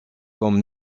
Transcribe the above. comme